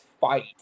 fight